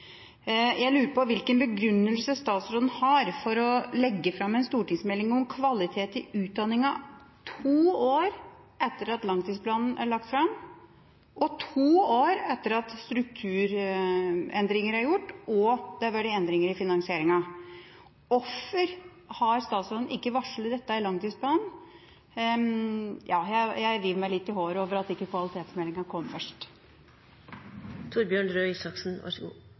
Jeg lurer på hvilken begrunnelse statsråden har for å legge fram en stortingsmelding om kvalitet i utdanninga to år etter at langtidsplanen er lagt fram, og to år etter at strukturendringer er gjort og det har vært endringer i finansieringa. Hvorfor har ikke statsråden varslet dette i langtidsplanen? Jeg river meg litt i håret over at ikke kvalitetsmeldinga kom først.